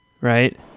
right